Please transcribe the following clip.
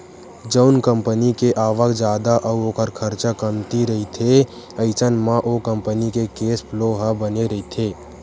जउन कंपनी के आवक जादा अउ ओखर खरचा कमती रहिथे अइसन म ओ कंपनी के केस फ्लो ह बने रहिथे